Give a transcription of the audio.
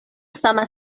sama